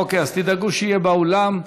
אוקיי, אז תדאגו שיהיה באולם.